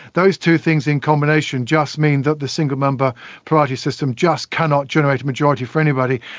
those two things in combination just mean that the single member party system just cannot generate a majority for anybody,